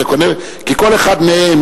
כי כל אחד מהם,